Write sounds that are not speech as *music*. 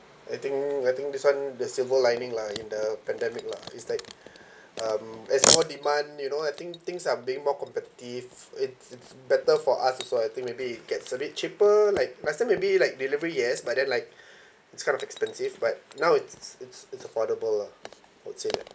I think I think this one the silver lining lah in the pandemic lah it's like *breath* um there's more demand you know I think things are being more competitive it's it's better for us also I think maybe it gets a bit cheaper like last time maybe like delivery yes but then like *breath* it's kind of expensive but now it's it's it's affordable lah I would say that